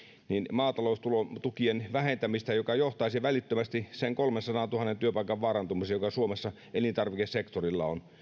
maataloustukien vähentämistä mikä johtaisi välittömästi niiden kolmensadantuhannen työpaikan vaarantumiseen joita suomessa elintarvikesektorilla on